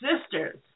sisters